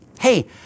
Hey